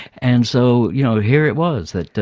and so, you know, here it was, that,